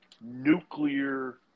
nuclear